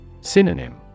Synonym